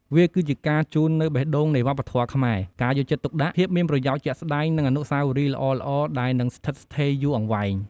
វាគឺជាការជូននូវបេះដូងនៃវប្បធម៌ខ្មែរ ការយកចិត្តទុកដាក់ ភាពមានប្រយោជន៍ជាក់ស្តែង និងអនុស្សាវរីយ៍ល្អៗដែលនឹងស្ថិតស្ថេរយូរអង្វែង។